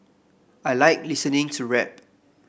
I like listening to rap